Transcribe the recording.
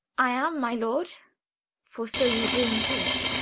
i am, my lord for so you do import.